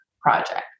project